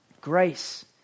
grace